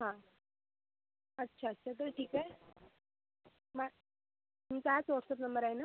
हां अच्छा तसं ठीक आहे मग तुमचा हाच व्हॉट्सअॅप नंबर आहे ना